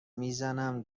میزنم